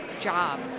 job